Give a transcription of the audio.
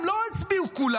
לא כולם הצביעו.